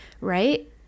Right